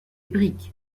briques